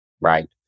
right